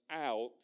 out